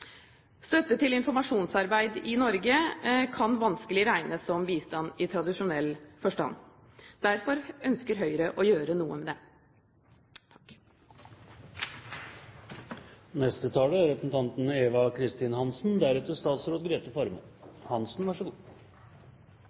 Støtte til informasjonsarbeid i Norge kan vanskelig regnes som bistand i tradisjonell forstand. Derfor ønsker Høyre å gjøre noe med det.